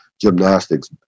gymnastics